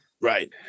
Right